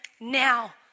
now